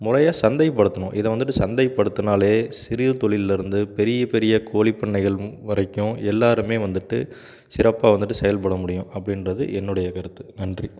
முறையாக சந்தைப்படுத்தணும் இதை வந்துவிட்டு சந்தைப்படுத்தினாலே சிறிய தொழிலில் இருந்து பெரிய பெரிய கோழிப் பண்ணைகள் வரைக்கும் எல்லோருமே வந்துவிட்டு சிறப்பாக வந்துவிட்டு செயல்பட முடியும் அப்படின்றது என்னுடைய கருத்து நன்றி